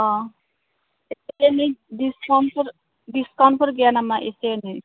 अ discount डिसकाउनफोर गैया नामा एसे एनै